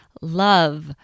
love